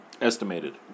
Estimated